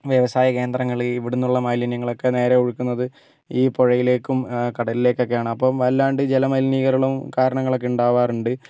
വ്യവസായകേന്ദ്രങ്ങൾ ഇവിടുന്നുള്ള മാലിന്യങ്ങളൊക്കെ നേരെ ഒഴുക്കുന്നത് ഈ പുഴയിലേക്കും ആ കടലിലേക്കുമൊക്കെയാണ് അപ്പം അല്ലാണ്ട് ജലമലിനീകരണവും കാരണങ്ങളൊക്കെ ഉണ്ടാവാറുണ്ട്